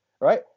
right